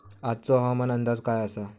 आजचो हवामान अंदाज काय आसा?